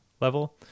level